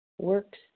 works